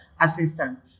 assistance